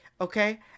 Okay